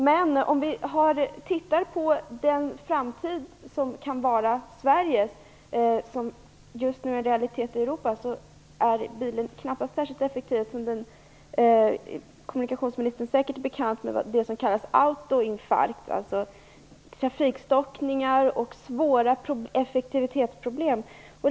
Men om vi ser på den framtid som kan vara Sveriges och som just nu är realitet i Europa är bilen inte särskilt effektiv. Kommunikationsministern är säkert bekant med det som kallas autoinfarkt, alltså trafikstockningar och svåra effektivitetsproblem.